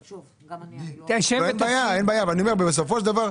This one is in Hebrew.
אין בעיה, אבל אני אומר, בסופו של דבר.